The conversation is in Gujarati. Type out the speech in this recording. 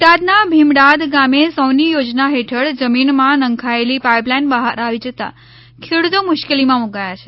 બોટાદના ભીમડાદ ગામે સૌની યોજના હેઠળ જમીન નંખાયેલી પાઈપલાઈન બહાર આવી જતાં ખેડૂતો મુશ્કેલીમાં મુકાયા છે